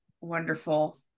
wonderful